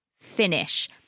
finish